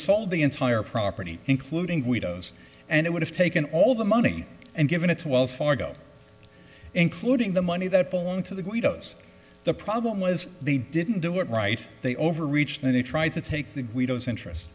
sold the entire property including guido's and it would have taken all the money and given it's wells fargo including the money that belong to the guido's the problem was they didn't do it right they overreached and he tried to take the guido's interest